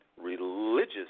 Religious